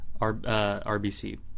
RBC